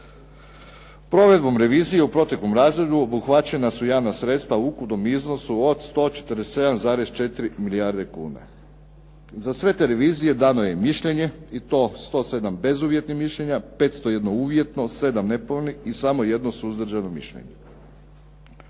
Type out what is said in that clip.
Provedbom revizije u proteklom razdoblju obuhvaćena su javna sredstva u ukupnom iznosu od 147,4 milijarde kuna. Za sve te revizije dano je i mišljenje i to 107 bezuvjetnih mišljenja, 501 uvjetno, 7 nepovoljnih i samo jedno suzdržano mišljenje.